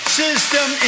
system